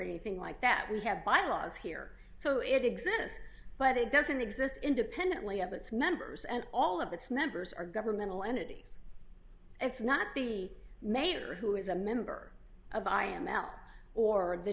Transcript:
thing like that we have bylaws here so it exists but it doesn't exist independently of its members and all of its members are governmental entities it's not the mayor who is a member of i am l or the